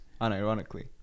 unironically